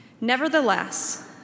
Nevertheless